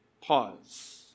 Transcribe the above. Pause